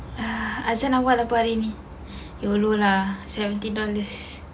ah asar awal apa hari ini yolo lah seventeen dollars